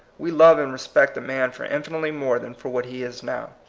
we love and respect a man for infinitely more than for what he is now.